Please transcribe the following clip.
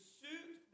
suit